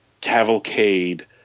cavalcade